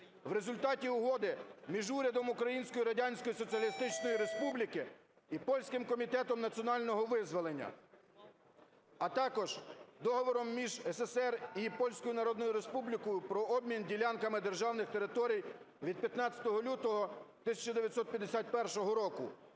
В результаті Угоди між урядом Української Радянської Соціалістичної Республіки і Польським комітетом національного визволення, а також Договором між СССР і Польською Народною Республікою про обмін ділянками державних територій від 15 лютого 1951 року